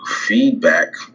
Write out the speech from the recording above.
feedback